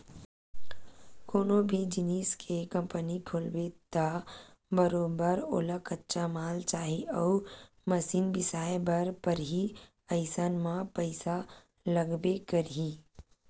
कोनो भी जिनिस के कंपनी खोलबे त बरोबर ओला कच्चा माल चाही अउ मसीन बिसाए बर परही अइसन म पइसा लागबे करही